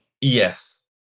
Yes